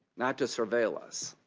not to surveil us.